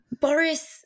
Boris